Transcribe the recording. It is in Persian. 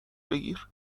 بگیر